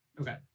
okay